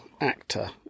actor